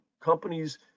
companies